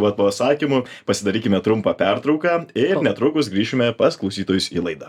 vat pasakymu pasidarykime trumpą pertrauką ir netrukus grįšime pas klausytojus į laidą